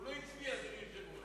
הוא עוד לא הצביע, אדוני היושב-ראש.